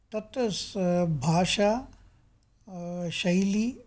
तत्र स् भाषा शैली